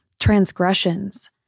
transgressions